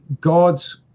God's